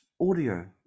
audio